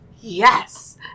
yes